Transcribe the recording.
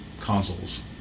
consoles